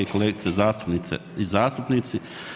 Kolegice zastupnice i zastupnici.